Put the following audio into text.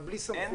אבל בלי סמכויות.